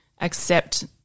accept